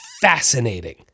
Fascinating